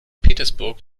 petersburg